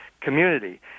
community